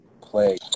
play